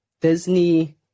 Disney